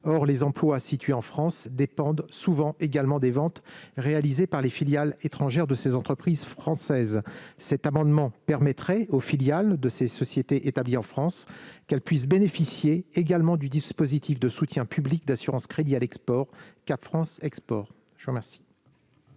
Or les emplois situés en France dépendent souvent également des ventes réalisées par les filiales étrangères de ces entreprises françaises. Cet amendement vise à permettre aux filiales de ces sociétés établies en France de bénéficier du dispositif de soutien public d'assurance-crédit à l'export CAP France export. Quel